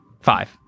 five